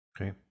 Okay